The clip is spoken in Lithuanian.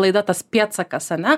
laida tas pėdsakas ane